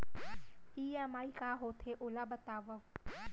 EMI का होथे, ओला बतावव